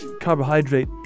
carbohydrate